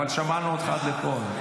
אבל שמענו אותך עד לפה.